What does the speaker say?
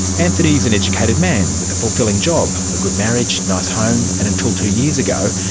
anthony is an educated man with a fulfilling job, a good marriage, nice home, and until two years ago,